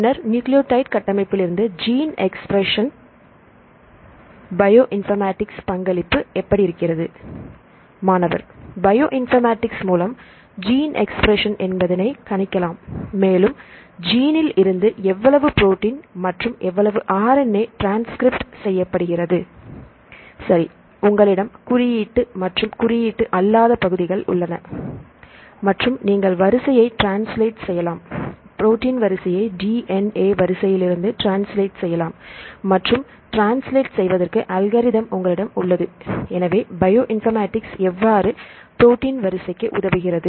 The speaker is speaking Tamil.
பின்னர் நியூக்ளியோடைடு கட்டமைப்பிலிருந்து ஜீன் எக்ஸ்பிரஷன் இருக்கு பயோ இன்பர்மேட்டிக்ஸ் பங்களிப்பு எப்படி இருக்கிறது மாணவர் பயோ இன்பர்மேட்டிக்ஸ் மூலம் ஜீன் எக்ஸ்பிரஷன் என்பதனை கணிக்கலாம் மேலும் ஜீனில் இருந்து எவ்வளவு புரோட்டின் மற்றும் எவ்வளவு ஆர் என் ஏ டிரன்ஸ்கிரிப்ட் செய்யப்படுகிறது சரி உங்களிடம் குறியீட்டு மற்றும் குறியீட்டு அல்லாத பகுதிகள் உள்ளன மற்றும் நீங்கள் வரிசையை ட்ரான்ஸ்லேட் செய்யலாம் ப்ரோட்டின் வரிசையை டி என் ஏ வரிசையில் இருந்து ட்ரான்ஸ்லேட் செய்யலாம் மற்றும் டிரான்ஸ்லேட் செய்வதற்கு அல்காரிதம் உங்களிடம் உள்ளது எனவே பயோ இன்பர்மேட்டிக்ஸ் எவ்வாறு புரோட்டின் வரிசைக்கு உதவுகிறது